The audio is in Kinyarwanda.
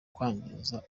kwangiza